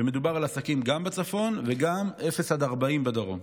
ומדובר על עסקים גם בצפון וגם 0 40 בדרום.